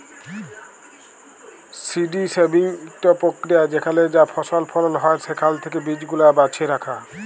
seed saving ইকট পক্রিয়া যেখালে যা ফসল ফলল হ্যয় সেখাল থ্যাকে বীজগুলা বাছে রাখা